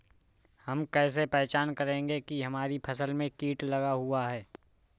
हम कैसे पहचान करेंगे की हमारी फसल में कीट लगा हुआ है?